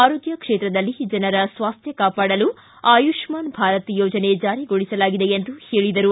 ಆರೋಗ್ಗ ಕ್ಷೇತ್ರದಲ್ಲಿ ಜನರ ಸ್ವಾಸ್ಟ್ಯ ಕಾಪಾಡಲು ಆಯುಷ್ಸಾನ್ ಭಾರತ್ ಯೋಜನೆ ಜಾರಿಗೊಳಿಸಲಾಗಿದೆ ಎಂದು ಹೇಳಿದರು